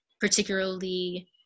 particularly